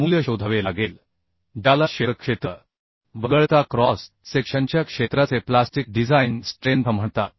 मूल्य शोधावे लागेल ज्याला शिअर क्षेत्र वगळता क्रॉस सेक्शनच्या क्षेत्राचे प्लास्टिक डिझाइन स्ट्रेंथ म्हणतात